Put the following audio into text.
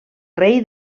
rei